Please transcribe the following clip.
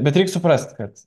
bet reik suprasti kad